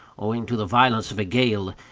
owing to the violence of a gale,